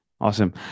Awesome